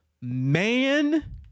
man